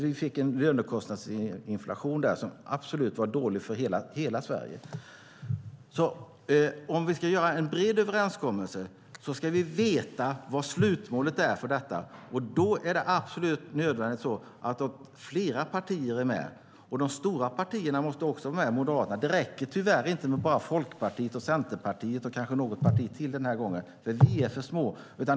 Vi fick en lönekostnadsinflation som absolut var dålig för hela Sverige. Om vi ska ha en bred överenskommelse ska vi veta vad slutmålet är, och då är det absolut nödvändigt att flera partier är med. De stora partierna, som Moderaterna, måste vara med. Det räcker tyvärr inte med bara Folkpartiet, Centerpartiet och kanske något parti till den här gången, för vi är för små.